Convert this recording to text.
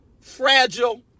fragile